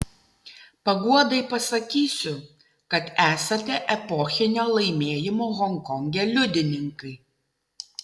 paguodai pasakysiu kad esate epochinio laimėjimo honkonge liudininkai